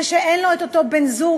זה שאין לו בן-זוג,